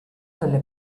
delle